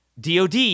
DOD